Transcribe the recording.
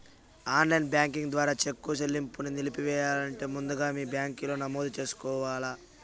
online banking ద్వారా cheque సెల్లింపుని నిలిపెయ్యాలంటే ముందుగా మీ బ్యాంకిలో నమోదు చేసుకోవల్ల